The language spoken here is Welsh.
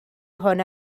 hwn